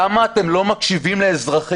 למה אתם לא מקשיבים לאזרחים,